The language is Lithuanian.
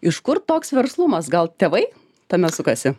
iš kur toks verslumas gal tėvai tame sukasi